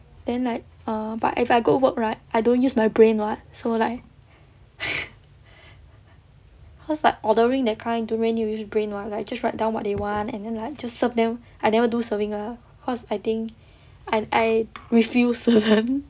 then like err but if I go work right I don't use my brain [what] so like cause like ordering that kind don't really need to use brain [what] like you just write down what they want and then like just serve them I never do serving lah cause I think I I refuse to them